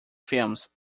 films